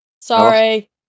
Sorry